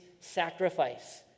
sacrifice